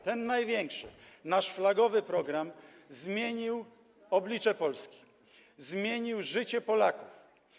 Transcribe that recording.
ten największy nasz flagowy program, zmienił oblicze Polski, zmienił życie Polaków.